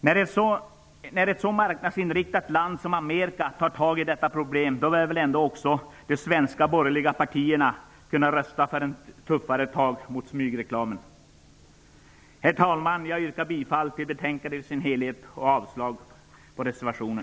När ett så marknadsinriktat land som Amerika tar tag i detta problem, då bör väl ändå också de svenska borgerliga partierna kunna rösta för tuffare tag mot smygreklamen. Herr talman! Jag yrkar bifall till utskottets hemställan på samtliga punkter och avslag på reservationen.